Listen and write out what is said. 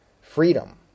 freedom